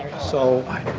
so i